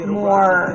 more